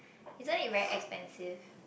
isn't it very expensive